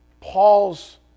Paul's